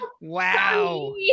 Wow